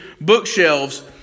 bookshelves